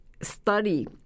study